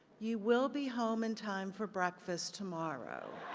you will be home in time for breakfast tomorrow.